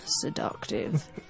seductive